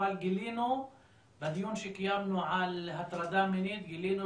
אבל בדיון שקיימנו על הטרדה מינית גילינו